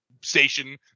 station